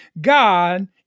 God